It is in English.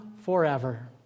forever